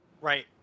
Right